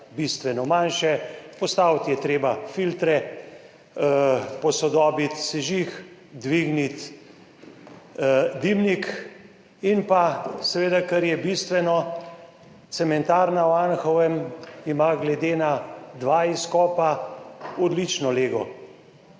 bistveno manjše. Postaviti je treba filtre, posodobiti sežig, dvigniti dimnik in pa seveda, kar je bistveno, cementarna v Anhovem ima glede na dva izkopa odlično lego.